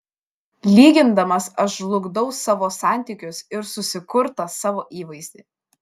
lygindamas aš žlugdau savo santykius ir susikurtą savo įvaizdį